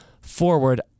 forward